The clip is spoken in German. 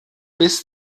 bis